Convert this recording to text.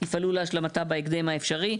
יפעלו להשלמתה בהקדם האפשרי".